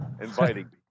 inviting